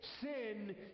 sin